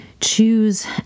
choose